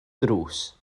drws